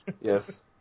Yes